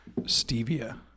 Stevia